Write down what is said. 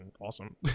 awesome